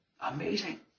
Amazing